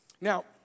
Now